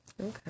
Okay